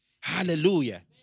Hallelujah